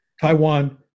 taiwan